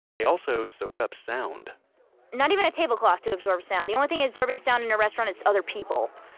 they also soak up sound not even a tablecloth to absorb sound, the only thing absorbing sound in a restaurant is other people,